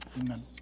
Amen